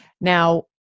Now